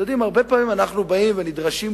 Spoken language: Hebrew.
אתם יודעים, הרבה פעמים אנחנו נדרשים כאן,